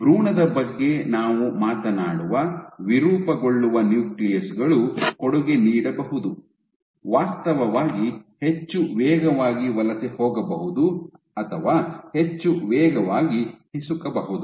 ಭ್ರೂಣದ ಬಗ್ಗೆ ನಾವು ಮಾತನಾಡುವ ವಿರೂಪಗೊಳ್ಳುವ ನ್ಯೂಕ್ಲಿಯಸ್ ಗಳು ಕೊಡುಗೆ ನೀಡಬಹುದು ವಾಸ್ತವವಾಗಿ ಹೆಚ್ಚು ವೇಗವಾಗಿ ವಲಸೆ ಹೋಗಬಹುದು ಅಥವಾ ಹೆಚ್ಚು ವೇಗವಾಗಿ ಹಿಸುಕಬಹುದು